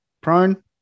prone